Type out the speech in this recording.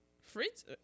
Fritz